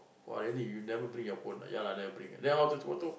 !wah! daddy you really never bring your phone ah ya lah never bring then all this photo